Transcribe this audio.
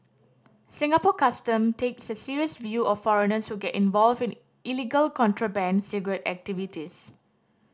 Singapore Custom takes a serious view of foreigners who get involved in illegal contraband cigarette activities